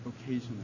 occasionally